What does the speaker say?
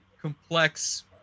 complex